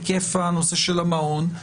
היקף הנושא של המעון,